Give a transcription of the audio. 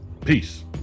Peace